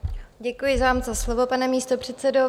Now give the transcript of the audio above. Děkuji za slovo, pane místopředsedo.